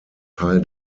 teil